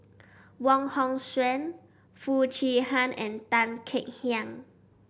Wong Hong Suen Foo Chee Han and Tan Kek Hiang